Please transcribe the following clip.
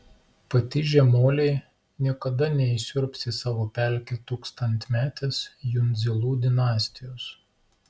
patižę moliai niekada neįsiurbs į savo pelkę tūkstantmetės jundzilų dinastijos